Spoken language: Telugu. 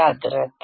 జాగ్రత్త